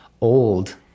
old